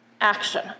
action